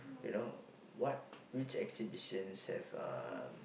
you know what which exhibitions have uh